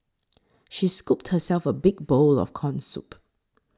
she scooped herself a big bowl of Corn Soup